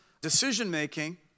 decision-making